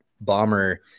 Bomber